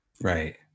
Right